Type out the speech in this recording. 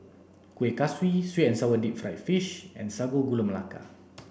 Kuih Kaswi sweet and sour deep fried fish and sago gula melaka